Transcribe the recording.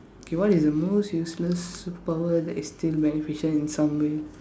K what is the most useless superpower that is still beneficial in some way